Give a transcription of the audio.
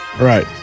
Right